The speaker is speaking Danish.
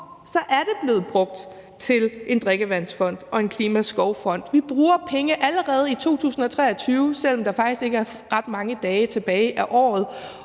år er de blevet brugt til en drikkevandsfond og Klimaskovfonden. Vi bruger penge allerede i 2023, selv om der faktisk ikke er ret mange dage tilbage af året.